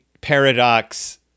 paradox